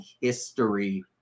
history